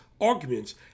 arguments